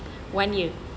one year